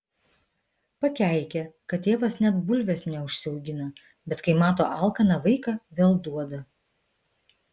pakeikia kad tėvas net bulvės neužsiaugina bet kai mato alkaną vaiką vėl duoda